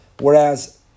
Whereas